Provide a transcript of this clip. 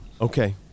Okay